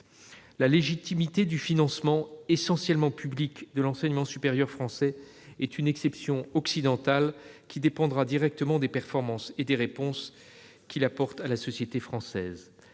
La légitimité du financement, essentiellement public, de l'enseignement supérieur français est une exception occidentale qui dépendra directement des performances et des réponses que cet enseignement apporte à la société française.